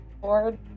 board